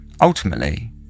Ultimately